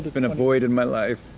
been a void in my life.